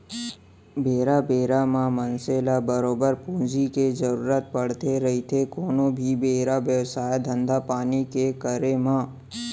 बेरा बेरा म मनसे ल बरोबर पूंजी के जरुरत पड़थे रहिथे कोनो भी बेपार बेवसाय, धंधापानी के करे म